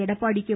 Edappadi K